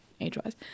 age-wise